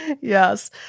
Yes